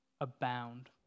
abound